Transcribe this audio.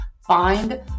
find